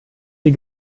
sie